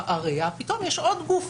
פתאום יש עוד גוף,